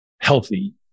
healthy